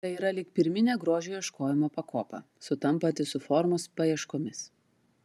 tai yra lyg pirminė grožio ieškojimo pakopa sutampanti su formos paieškomis